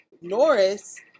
Norris